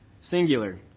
singular